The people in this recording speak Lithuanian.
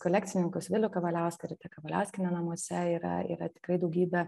kolekcininkus vilių kavaliauską ritą kavaliauskienę namuose yra yra tikrai daugybė